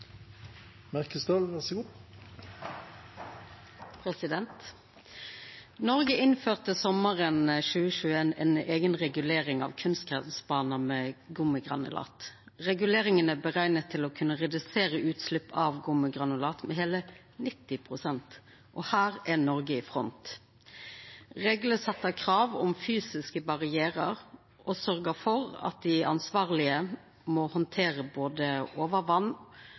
berekna til å kunna redusera utslepp av gummigranulat med heile 90 pst. Her er Noreg i front. Reglane set krav om fysiske barrierar og sørgjer for at dei ansvarlege må handtera både